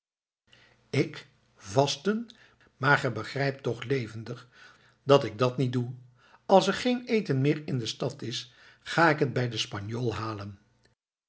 ik vasten maar gij begrijpt toch levendig dat ik dat niet doe als er geen eten meer in de stad is ga ik het bij den spanjool halen